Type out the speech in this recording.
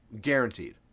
Guaranteed